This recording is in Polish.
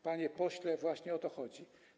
Panie pośle, właśnie o to chodzi.